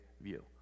view